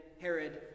Herod